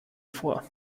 vor